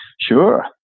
sure